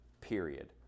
period